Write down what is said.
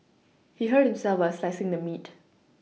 he hurt himself while slicing the meat